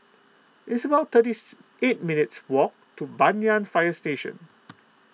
it's about thirty eight minutes' walk to Banyan Fire Station